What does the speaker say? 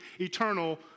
eternal